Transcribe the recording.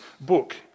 book